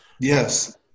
Yes